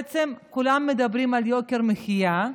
כולם מדברים על יוקר המחיה,